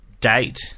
date